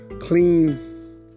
clean